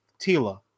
Tila